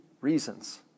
reasons